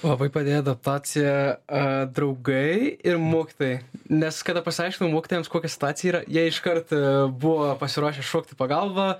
labai padėjo adaptacija a draugai ir mokytojai nes kada pasiaiškinom mokytojams kokia situacija yra jie iškart buvo pasiruošę šokt į pagalbą